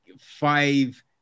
five